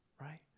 right